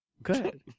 Good